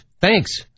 Thanks